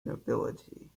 nobility